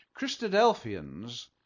Christadelphians